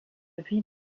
vie